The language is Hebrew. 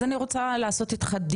אז אני רוצה לעשות איתך עסקה,